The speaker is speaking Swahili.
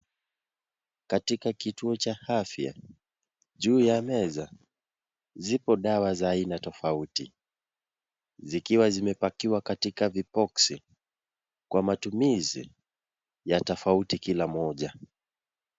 Katika kituo cha afya juu ya meza, zipo dawa za aina tofauti, zikiwa zimepakiwa katika viboksi, kwa matumizi ya tafauti kila mmoja.